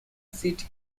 city